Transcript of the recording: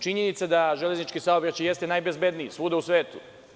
Činjenica jeste da je železnički saobraćaj najbezbedniji svuda u svetu.